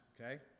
okay